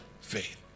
faith